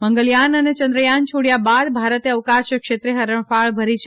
મંગલયાન અને ચંદ્રયાન છોડ્યા બાદ ભારતે અવકાશક્ષેત્રે હરણફાળ ભરી છે